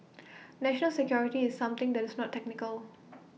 national security is something that is not technical